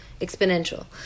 exponential